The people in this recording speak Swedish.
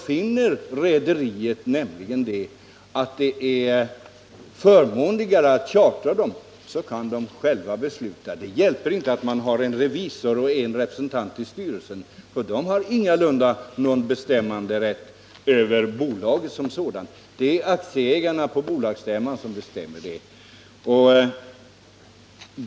Finner rederiet att det är förmånligare att chartra dem på annan trad, så kan man själv besluta om det. Det hjälper inte med en utomstående revisor och representant i styrelsen. Dessa har ingalunda någon bestämmanderätt över bolaget som sådant. Det är aktieägarna på bolagsstämman som bestämmer.